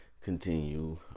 continue